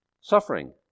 suffering